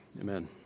Amen